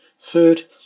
Third